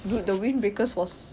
dude the windbreakers was